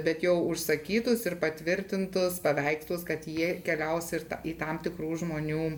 bet jau užsakytus ir patvirtintus paveikslus kad jie keliaus ir į tam tikrų žmonių